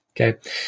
Okay